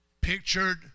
pictured